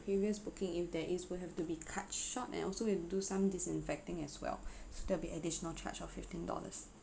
previous booking if there is will have to be cut short and also we have to do some disinfecting as well so there will additional charge of fifteen dollars